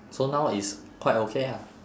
so now is quite okay ha